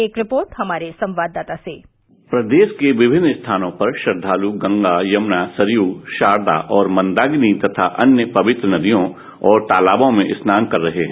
एक रिपोर्ट हमारे संवाददाता से प्रदेश के विमिन्न स्थानों पर गंगा यमुना सरयू शारदा और मंदाकिनी और अन्य पवित्र नदियों और तलावों में स्नान कर रहे हैं